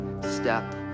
step